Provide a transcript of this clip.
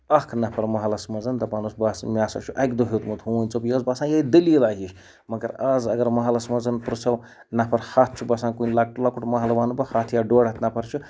اَکھ نفر محلس منٛز دَپان اوس بَس مےٚ ہَسا چھُ اَکہِ دۄہ ہیوٚتمُت ہوٗنۍ ژوٚپ مےٚ اوس باسان یِہٕے دٔلیٖلا ہِش مگر اَز اگر محلس منٛز پِرٛژھو نفر ہَتھ چھُ باسان کُنہِ لۄکٕٹ لۄکُٹ محلہٕ وَنہٕ بہٕ ہَتھ یا ڈۄڈ ہَتھ نفر چھِ